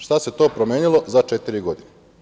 Šta se to promenilo za četiri godine?